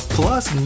plus